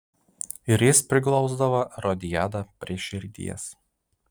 ir jis priglausdavo erodiadą prie širdies